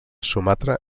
sumatra